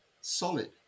Solid